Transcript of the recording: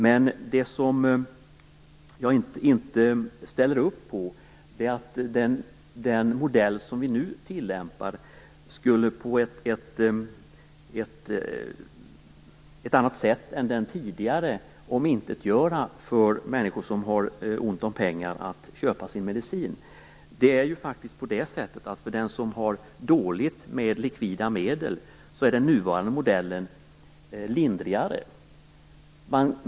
Men det som jag inte ställer upp på är att den modell som nu tillämpas på ett annat sätt än den tidigare skulle omintetgöra för människor som har ont om pengar att köpa sina medicin. Det är ju faktiskt så att den nuvarande modellen är lindrigare för den som har dåligt med likvida medel.